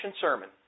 sermon